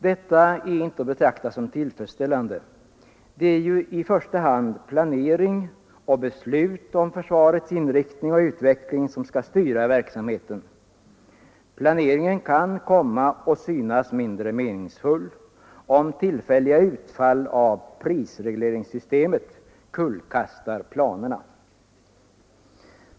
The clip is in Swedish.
Detta är inte tillfredsställande. Det är i första hand planering och beslut om försvarets inriktning och utveckling som skall styra verksamheten. Planeringen kan komma att synas mindre meningsfull, om tillfälliga utfall av prisregleringssystemet kullkastar planerna.